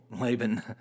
Laban